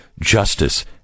justice